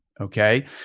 okay